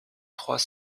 trois